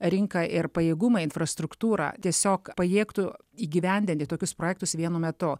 rinka ir pajėgumai infrastruktūra tiesiog pajėgtų įgyvendinti tokius projektus vienu metu